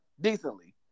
decently